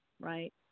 right